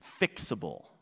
fixable